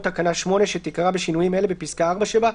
תקנה 8 שתיקרא בשינויים אלה בפסקה (4) שבה: